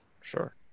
sure